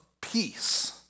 Peace